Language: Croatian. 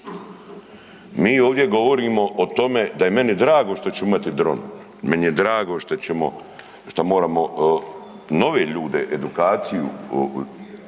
Mi ovdje govorimo o tome da je meni drago što će imati dron, meni je drago što moramo nove ljude edukaciju i